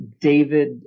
David